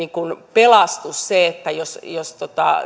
pelastus jos jos